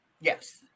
Yes